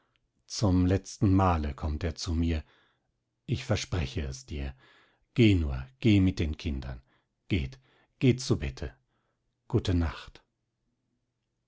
zum letzten male kommt er zu mir ich verspreche es dir geh nur geh mit den kindern geht geht zu bette gute nacht